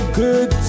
good